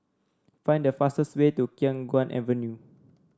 find the fastest way to Khiang Guan Avenue